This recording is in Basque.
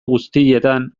guztietan